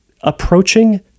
approaching